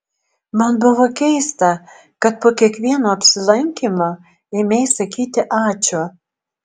man buvo keista kad po kiekvieno apsilankymo ėmei sakyti ačiū